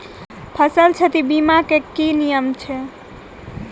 फसल क्षति बीमा केँ की नियम छै?